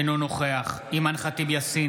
אינו נוכח אימאן ח'טיב יאסין,